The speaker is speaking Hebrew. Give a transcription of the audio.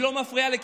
היא לא מפריעה לי,